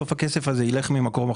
הכסף הזה ילך ממקום אחר,